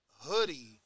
hoodie